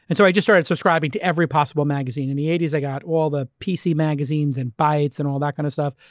and so i just started subscribing to every possible magazine. in the eighty s, i got all the pc magazines, and bytes, and all that kind of stuff.